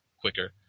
quicker